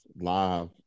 live